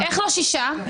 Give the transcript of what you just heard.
הצבעה לא אושרו.